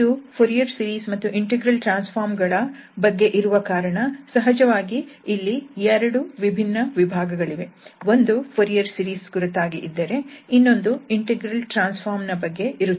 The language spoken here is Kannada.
ಇದು ಫೊರಿಯರ್ ಸೀರೀಸ್ ಮತ್ತು ಇಂಟೆಗ್ರಲ್ ಟ್ರಾನ್ಸ್ ಫಾರ್ಮ್ ಗಳ ಬಗ್ಗೆ ಇರುವ ಕಾರಣ ಸಹಜವಾಗಿ ಇಲ್ಲಿ ಎರಡು ವಿಭಿನ್ನ ವಿಭಾಗಗಳಿವೆ ಒಂದು ಫೊರಿಯರ್ ಸೀರೀಸ್ ಕುರಿತಾಗಿ ಇದ್ದರೆ ಇನ್ನೊಂದು ಇಂಟೆಗ್ರಲ್ ಟ್ರಾನ್ಸ್ ಫಾರ್ಮ್ ನ ಬಗ್ಗೆ ಇರುತ್ತದೆ